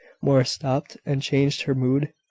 morris stopped, and changed her mood.